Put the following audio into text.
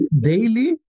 daily